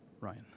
Ryan